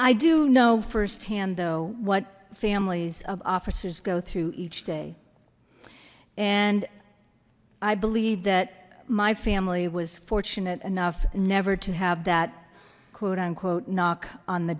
i do know firsthand though what families of officers go through each day and i believe that my family was fortunate enough never to have that quote unquote knock on the